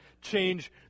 change